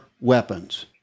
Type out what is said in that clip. weapons